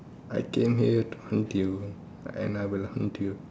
I came here to hunt you I will hunt you